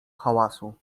hałasu